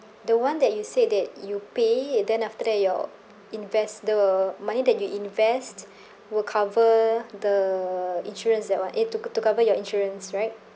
the one that you said that you pay and then after that your invest the money that you invest will cover the insurance that one eh to to cover your insurance right